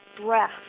breath